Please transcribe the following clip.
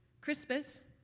Crispus